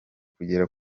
kugera